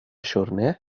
siwrne